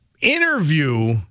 interview